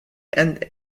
and